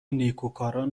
نیکوکاران